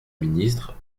ministre